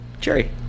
Cherry